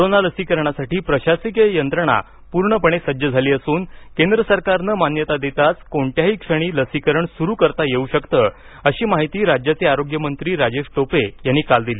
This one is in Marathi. कोरोना लसीकरणासाठी प्रशासकीय यंत्रणा पूर्णपणे सज्ज झाली असून केंद्र सरकारनं मान्यता देताच कोणत्याही क्षणी लसीकरण सुरुवात करता येऊ शकतं अशी माहिती राज्याचे आरोग्यमंत्री राजेश टोपे यांनी काल दिली